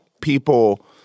people